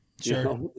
Sure